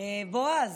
בועז,